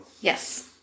yes